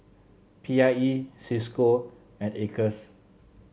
P I E Cisco and Acres